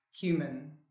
human